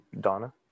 Donna